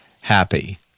happy